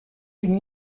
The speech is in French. une